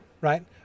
right